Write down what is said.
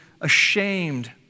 ashamed